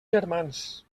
germans